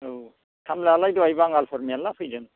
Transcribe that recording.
औ खामलायालाय दहाय बांगालफोर मेरला फैदों